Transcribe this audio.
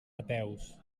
ateus